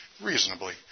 reasonably